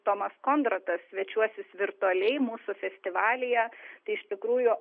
tomas kondrotas svečiuosis virtualiai mūsų festivalyje tai iš tikrųjų